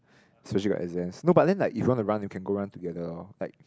Soji got exams no but then like if you want to run you can go run together orh like